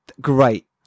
great